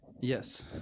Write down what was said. Yes